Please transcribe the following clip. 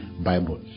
Bible